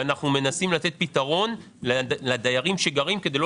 אנחנו מנסים לתת פתרון לדיירים שגרים שם כדי לא